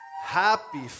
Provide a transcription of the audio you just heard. Happy